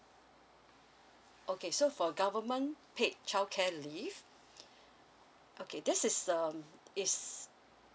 okay so for government paid childcare leave okay this is um is